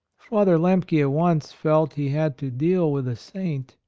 father lemke at once felt he had to deal with a saint,